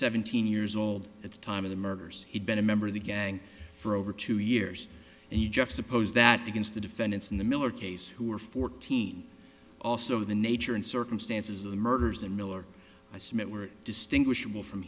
seventeen years old at the time of the murders he'd been a member of the gang for over two years and you just suppose that against the defendants in the miller case who were fourteen also the nature and circumstances of the murders and miller i submit we're distinguishable from